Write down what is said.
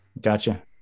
Gotcha